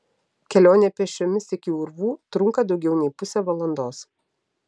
kelionė pėsčiomis iki urvų trunka daugiau nei pusę valandos